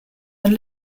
and